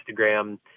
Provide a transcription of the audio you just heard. Instagram